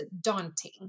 daunting